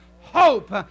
hope